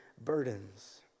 burdens